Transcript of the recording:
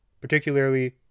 particularly